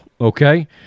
okay